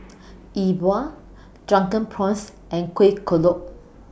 E Bua Drunken Prawns and Kuih Kodok